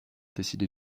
décider